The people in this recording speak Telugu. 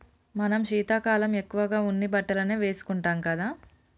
మనం శీతాకాలం ఎక్కువగా ఉన్ని బట్టలనే వేసుకుంటాం కదా